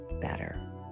better